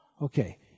Okay